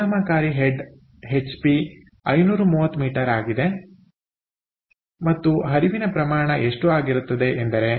ಪರಿಣಾಮಕಾರಿ head HP 530 m ಆಗಿದೆ ಮತ್ತು ಹರಿವಿನ ಪ್ರಮಾಣ ಎಷ್ಟು ಆಗಿರುತ್ತದೆ ಎಂದರೆ